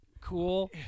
cool